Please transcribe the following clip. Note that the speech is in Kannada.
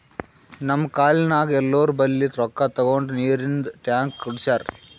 ನಮ್ ಕಾಲ್ನಿನಾಗ್ ಎಲ್ಲೋರ್ ಬಲ್ಲಿ ರೊಕ್ಕಾ ತಗೊಂಡ್ ನೀರಿಂದ್ ಟ್ಯಾಂಕ್ ಕುಡ್ಸ್ಯಾರ್